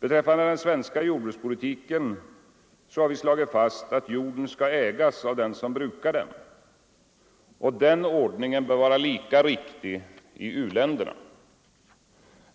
Beträffande den svenska jordbrukspolitiken har vi alltid sagt att jorden skall ägas av den som brukar den. Denna ordning bör vara lika riktig i uländerna.